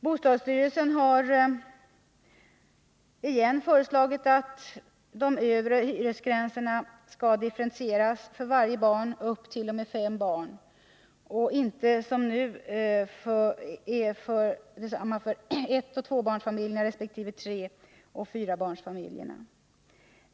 Bostadsstyrelsen har återigen föreslagit att de övre hyresgränserna differentieras för varje barn upp t.o.m. fem barn och inte som nu är desamma för ettoch tvåbarnsfamiljer resp. för treoch fyrabarnsfamiljer.